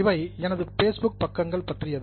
இவை எனது பேஸ்புக் பக்கங்கள் பற்றியது